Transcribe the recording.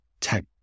tech